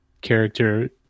character